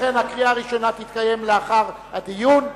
לכן הקריאה הראשונה תתקיים לאחר הדיון.